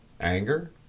Anger